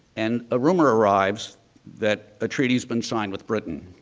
and a rumor arrives that a treaty has been signed with britain.